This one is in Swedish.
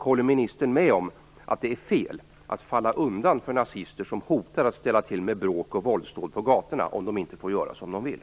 Håller ministern med om att det är fel att falla undan för nazister som hotar att ställa till med bråk och våldsdåd på gatorna om de inte får göra som de vill?